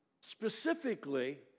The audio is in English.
specifically